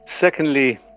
Secondly